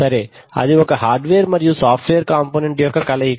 సరే అది ఒక హార్డ్వేర్ మరియు సాఫ్ట్వేర్ కాంపోనెంట్ యొక్క కలయిక